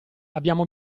abbiamo